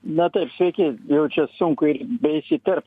na taip sveiki jau čia sunku ir beįsiterpt